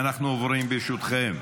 אנחנו עוברים, ברשותכם,